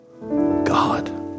God